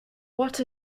what